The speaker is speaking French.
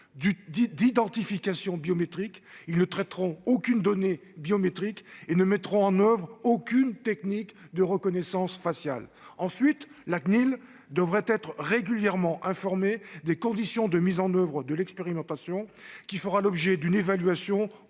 d'identification biométrique ; ils ne traiteront aucune donnée biométrique et ne mettront en oeuvre aucune technique de reconnaissance faciale. Ensuite, la Cnil devra être régulièrement informée des conditions de mise en oeuvre de l'expérimentation, qui fera l'objet d'une évaluation